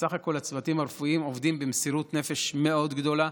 בסך הכול הצוותים הרפואיים עובדים במסירות נפש מאוד גדולה,